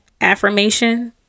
affirmation